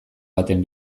baten